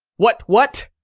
what? what?